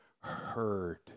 heard